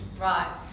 Right